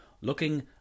looking